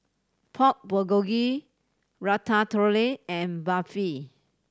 Pork Bulgogi Ratatouille and Barfi